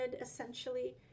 essentially